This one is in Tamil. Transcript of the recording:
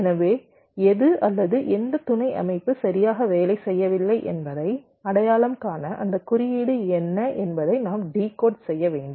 எனவே எது அல்லது எந்த துணை அமைப்பு சரியாக வேலை செய்யவில்லை என்பதை அடையாளம் காண அந்த குறியீடு என்ன என்பதை நாம் டிகோட் செய்ய வேண்டும்